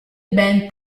band